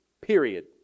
Period